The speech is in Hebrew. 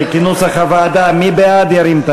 תהיו ערניים.